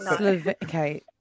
Okay